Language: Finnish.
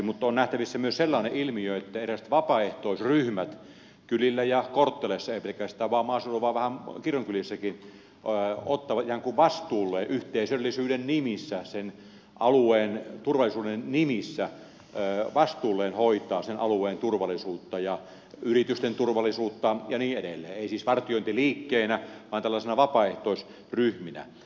mutta on nähtävissä myös sellainen ilmiö että eräät vapaaehtoisryhmät kylillä ja kortteleissa eikä pelkästään maaseudulla vaan vähän kirkonkylissäkin ottavat ikään kuin yhteisöllisyyden nimissä sen alueen turvallisuuden nimissä vastuulleen sen alueen turvallisuuden ja yritysten turvallisuuden hoitamisen ja niin edelleen eivät siis vartiointiliikkeinä vaan tällaisina vapaaehtoisryhminä